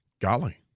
Golly